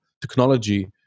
technology